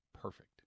Perfect